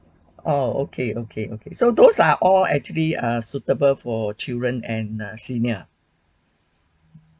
oh okay okay okay so those are all actually are suitable for children and a senior